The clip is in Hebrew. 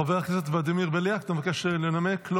חבר הכנסת ולדימיר בליאק, אתה מבקש לנמק?